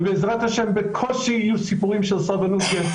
ובעזרת השם בקושי יהיו סיפורים של סרבנות גט,